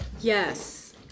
Yes